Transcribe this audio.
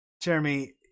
jeremy